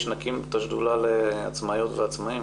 כשנקים את השדולה לעצמאיות ועצמאים,